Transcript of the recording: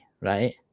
right